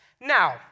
Now